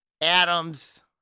Adams